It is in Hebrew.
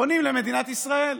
פונים למדינת ישראל.